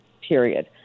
period